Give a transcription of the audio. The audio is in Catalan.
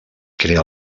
crea